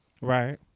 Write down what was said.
Right